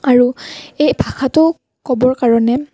আৰু এই ভাষাটো ক'বৰ কাৰণে